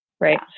right